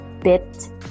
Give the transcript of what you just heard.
bit